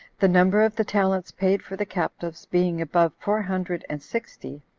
the number of the talents paid for the captives being above four hundred and sixty,